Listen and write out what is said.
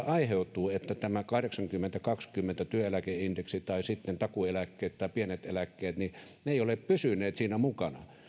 aiheutuu se että tämä kahdeksankymmentä viiva kaksikymmentä työeläkeindeksi tai sitten takuueläkkeet tai pienet eläkkeet eivät ole pysyneet siinä mukana ja